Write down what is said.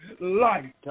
Light